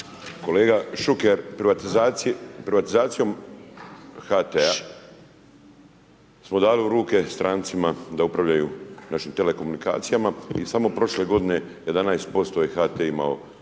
Kolega Šuker, privatizacijom HT-a smo dali u rike strancima da upravljaju našim telekomunikacijama i samo prošle godine 11% je HT imao